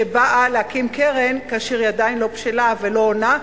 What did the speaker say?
שבאה להקים קרן כאשר היא עדיין לא בשלה ולא עונה.